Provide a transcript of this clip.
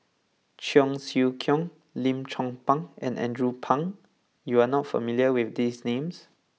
Cheong Siew Keong Lim Chong Pang and Andrew Phang you are not familiar with these names